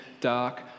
dark